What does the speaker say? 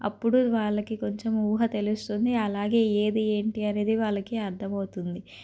అప్పుడు వాళ్ళకి కొంచెం ఊహ తెలుస్తుంది అలాగే ఏది ఏంటి అనేది వాళ్ళకి అర్థం అవుతుంది